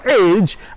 age